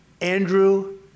Andrew